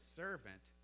servant